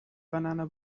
banana